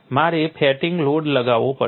તમારે fatigue load લગાવવો પડશે